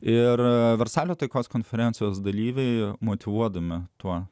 ir versalio taikos konferencijos dalyviai motyvuodama tuo